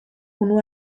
unu